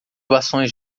bastões